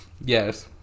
yes